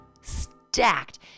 stacked